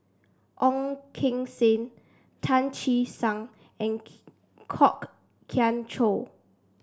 Ong Keng Sen Tan Che Sang and Kwok Kian Chow